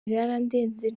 byarandenze